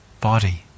body